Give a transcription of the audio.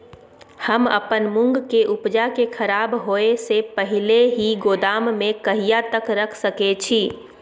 हम अपन मूंग के उपजा के खराब होय से पहिले ही गोदाम में कहिया तक रख सके छी?